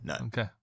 Okay